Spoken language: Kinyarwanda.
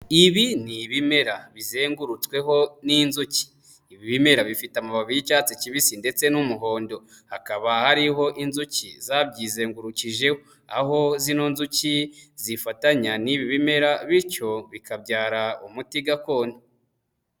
Ibi ni ibimera bizengurutsweho n'inzuki ibi bimera bifite amababi y'icyatsi kibisi ndetse n'umuhondo hakaba hariho inzuki zabyizengurukijeho aho zino nzuki zifatanya n'ibi bimera bityo bikabyara umuti gakondo.